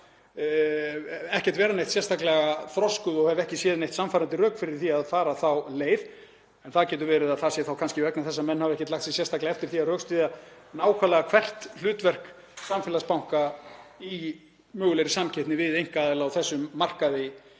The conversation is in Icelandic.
ekki vera neitt sérstaklega þroskuð og hef ekki séð nein sannfærandi rök fyrir því að fara þá leið. Það getur verið að það sé kannski vegna þess að menn hafi ekki lagt sig sérstaklega eftir því að rökstyðja nákvæmlega hvert hlutverk samfélagsbanka í mögulegri samkeppni við einkaaðila á þessum markaði